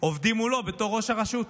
עובדים מולו בתור ראש הרשות.